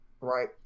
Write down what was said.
right